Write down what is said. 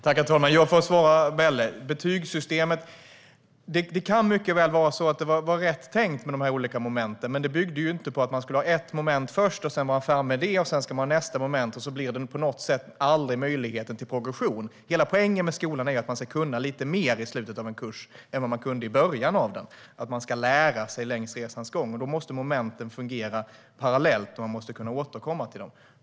Herr talman! Jag får svara Belle: När det gäller betygssystemet kan det mycket väl vara rätt tänkt med de olika momenten. Men det byggde inte på att man skulle ha ett moment först, vara färdig med det och sedan ska ha nästa moment - och så blir det på något sätt aldrig någon möjlighet till progression. Hela poängen med skolan är att man ska kunna lite mer i slutet av en kurs än man kunde i början av den, att man ska lära sig längs resans gång. Då måste momenten fungera parallellt, och man måste kunna återkomma till dem.